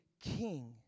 king